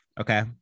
Okay